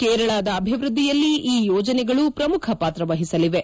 ಕೇರಳದ ಅಭಿವೃದ್ದಿಯಲ್ಲಿ ಈ ಯೋಜನೆಗಳು ಪ್ರಮುಖ ಪಾತ್ರ ವಹಿಸಲಿವೆ